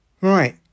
Right